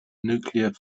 nuclear